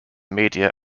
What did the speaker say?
media